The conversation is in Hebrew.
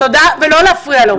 תודה, ולא להפריע לו.